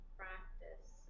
practice